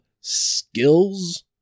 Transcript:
skills